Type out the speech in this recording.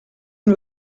une